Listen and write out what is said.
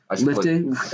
Lifting